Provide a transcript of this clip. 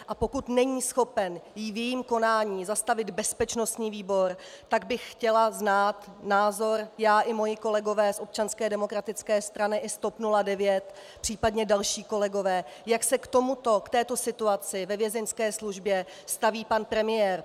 A pokud není schopen ji v jejím konání zastavit bezpečnostní výbor, tak bych chtěla znát názor, já i moji kolegové z Občanské demokratické strany i z TOP 09, případně další kolegové, jak se k této situaci ve Vězeňské službě staví pan premiér.